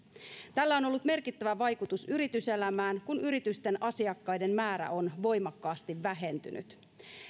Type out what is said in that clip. tällä on ollut merkittävä vaikutus yrityselämään kun yritysten asiakkaiden määrä on voimakkaasti vähentynyt